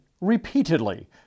repeatedly